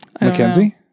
Mackenzie